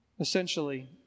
Essentially